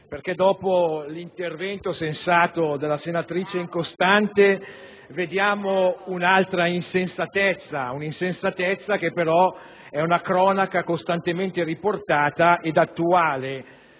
perché, dopo l'intervento sensato della senatrice Incostante, vediamo un'altra insensatezza, che però è una cronaca costantemente riportata e attuale.